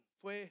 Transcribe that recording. Fue